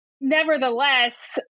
nevertheless